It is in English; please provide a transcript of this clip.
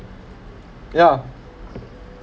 yeah